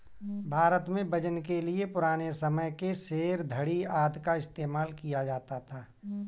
भारत में वजन के लिए पुराने समय के सेर, धडी़ आदि का इस्तेमाल किया जाता था